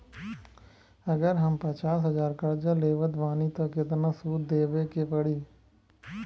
अगर हम पचास हज़ार कर्जा लेवत बानी त केतना सूद देवे के पड़ी?